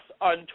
on